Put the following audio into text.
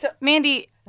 Mandy